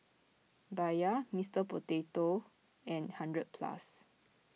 Bia Mister Potato and hundred Plus